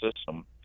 system